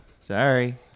Sorry